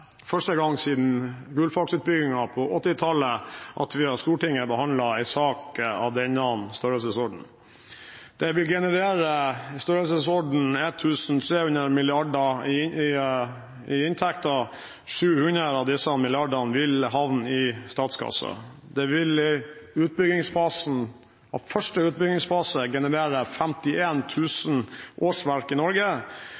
første gang siden Gullfaks-utbyggingen på 1980-tallet at vi i Stortinget behandler en sak i denne størrelsesorden. Det vil generere i størrelsesorden 1 300 mrd. kr i inntekter. 700 av disse milliardene vil havne i statskassen. Det vil i første utbyggingsfase generere 51 000 årsverk i Norge.